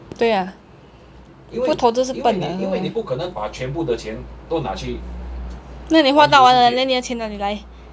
对啊不投资是笨的那你花到完了那你的钱哪里来